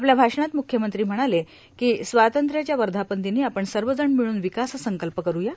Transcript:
आपल्या भाषणात मुख्यमंत्री म्हणाले की स्वातंत्र्याच्या वर्धापनदिनी आपण सर्वजण मिळून विकास संकल्प करूया